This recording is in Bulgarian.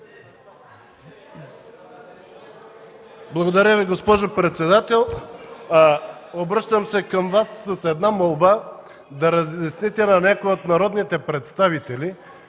Благодаря Ви, госпожо председател. Обръщам се към Вас с молба: да разясните на някои от народните представители,